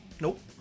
Nope